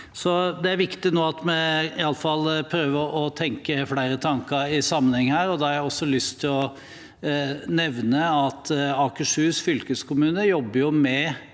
Det er viktig nå at vi iallfall prøver å tenke flere tanker i sammenheng her. Da har jeg også lyst til å nevne at Akershus fylkeskommune jobber med